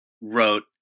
wrote